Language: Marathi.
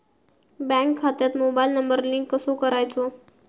बँक खात्यात मोबाईल नंबर लिंक कसो करायचो?